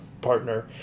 partner